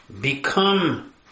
become